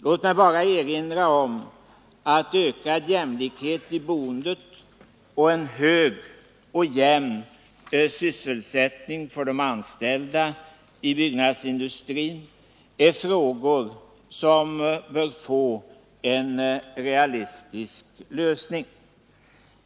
Låt mig bara erinra om att ökad jämlikhet i boendet och en hög och jämn sysselsättning för de anställda i byggnadsindustrin är frågor, som bör få en realistisk lösning.